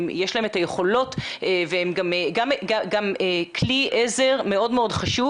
יש להן את היכולות וגם כלי עזר מאוד מאוד חשוב.